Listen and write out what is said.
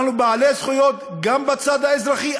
אנחנו בעלי זכויות גם בצד האזרחי.